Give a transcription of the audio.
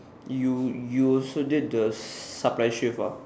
you you also did the s~ supply shift ah